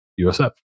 usf